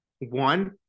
One